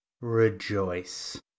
rejoice